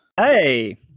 Hey